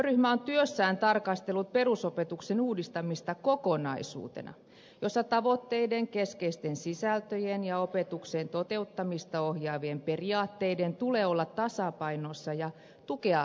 työryhmä on työssään tarkastellut perusopetuksen uudistamista kokonaisuutena jossa tavoitteiden keskeisten sisältöjen ja opetuksen toteuttamista ohjaavien periaatteiden tulee olla tasapainossa ja tukea toisiaan